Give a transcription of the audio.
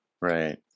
Right